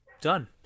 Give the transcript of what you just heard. Done